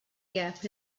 gap